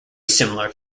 similar